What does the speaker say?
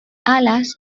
alas